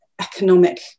economic